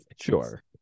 Sure